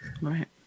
Right